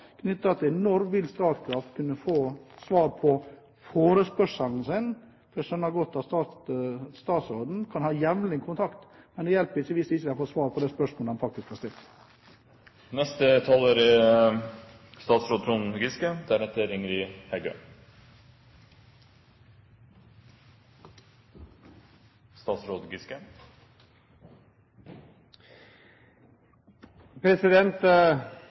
til når Statkraft vil få svar på forespørselen sin. Jeg skjønner godt at statsråden har jevnlig kontakt, men det hjelper ikke, hvis man ikke får svar på det spørsmålet man faktisk har